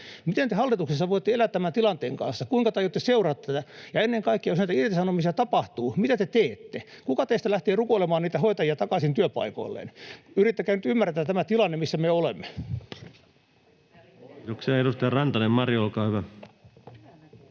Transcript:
Miten te hallituksessa voitte elää tämän tilanteen kanssa? Kuinka te aiotte seurata tätä? Ja ennen kaikkea, jos näitä irtisanomisia tapahtuu, mitä te teette? Kuka teistä lähtee rukoilemaan niitä hoitajia takaisin työpaikoilleen? Yrittäkää nyt ymmärtää tämä tilanne, missä me olemme. [Speech 33] Speaker: Ensimmäinen